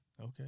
Okay